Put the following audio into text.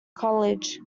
college